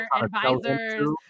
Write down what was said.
advisors